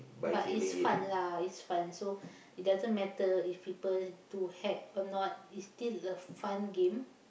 but it's fun lah it's fun so it doesn't matter if people do hack or not it's still a fun game